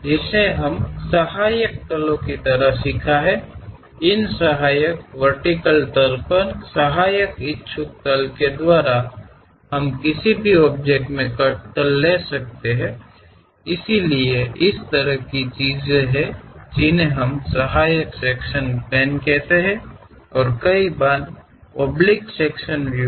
ಇನ್ನೊಂದು ನಾವು ಸಹಾಯಕ ಸಮತಲಗಳಂತೆ ಕಲಿತ ಸಮತಲಗಳು ಈ ಸಹಾಯಕ ಲಂಬ ಸಮತಲದಲ್ಲಿ ಸಹಾಯಕ ಇಳಿಜಾರಾದ ಸಮತಲಗಳು ಸಹ ನಾವು ಕಡಿತವನ್ನು ಹೊಂದಬಹುದು ಆದ್ದರಿಂದ ಅಂತಹ ರೀತಿಯ ವಿಷಯಗಳನ್ನು ನಾವು ಸಹಾಯಕ ವಿಭಾಗದ ಸಮತಲಗಳು ಎಂದು ಕರೆಯುತ್ತೇವೆ ಮತ್ತು ಒಬ್ಬರು ಓರೆಯಾದ ವಿಭಾಗೀಯ ವೀಕ್ಷಣೆಗಳನ್ನು ಹೊಂದಬಹುದು